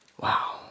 Wow